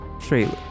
trailer